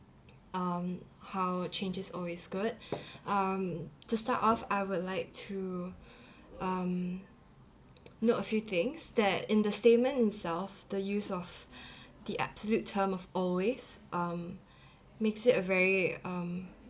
um how change is always good um to start off I would like to um know a few things that in the statement itself the use of the absolute term of always um makes it a very um